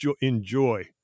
enjoy